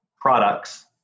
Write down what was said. products